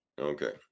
okay